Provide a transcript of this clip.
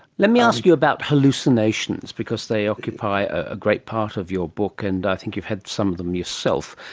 let me ask you about hallucinations, because they occupy a great part of your book and i think you've had some of them yourself,